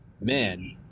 man